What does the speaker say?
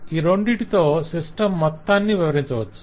ఈ రెండిటితో సిస్టమ్ మొత్తాన్ని వివరించవచ్చు